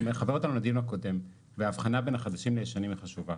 זה מחבר אותנו לדיון הקודם וההבחנה בין החדשים לישנים היא חשובה.